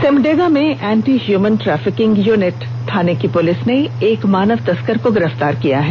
सिमडेगा में anti human trafficking unit थाना की पुलिस ने एक मानव तस्कर को गिरफ्तार किया है